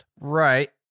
Right